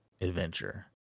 adventure